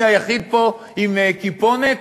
אני היחיד פה עם כיפונת?